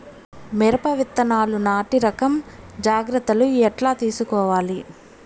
మిరప విత్తనాలు నాటి రకం జాగ్రత్తలు ఎట్లా తీసుకోవాలి?